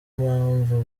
mpamvu